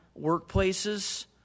workplaces